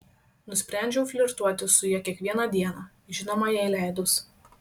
nusprendžiau flirtuoti su ja kiekvieną dieną žinoma jai leidus